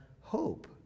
hope